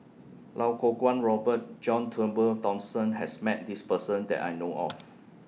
Lau Kuo Kwong Robert John Turnbull Thomson has Met This Person that I know of